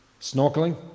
snorkeling